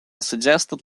suggested